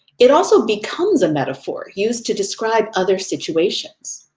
it also becomes a metaphor used to describe other situations.